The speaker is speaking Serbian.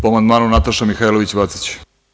Po amandmanu, Nataša Mihailović Vacić.